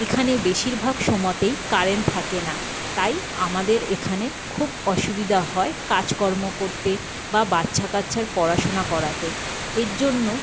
এখানে বেশিরভাগ সময়তেই কারেন্ট থাকে না তাই আমাদের এখানে খুব অসুবিধা হয় কাজকর্ম করতে বা বাচ্চা কাচ্ছার পড়াশোনা করাতে এর জন্য